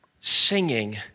singing